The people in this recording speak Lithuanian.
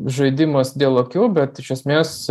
žaidimas dėl akių bet iš esmės